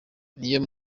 niyo